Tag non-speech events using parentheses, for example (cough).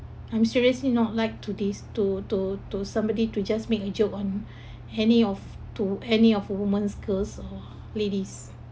I'm seriously not like today's to to to somebody to just make a joke on (breath) any of to any of a woman's girls uh ladies